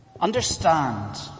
Understand